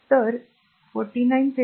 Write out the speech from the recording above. तर मला ते स्वच्छ करू द्या